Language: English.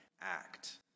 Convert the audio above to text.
act